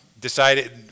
decided